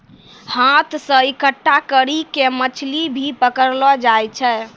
हाथ से इकट्ठा करी के मछली भी पकड़लो जाय छै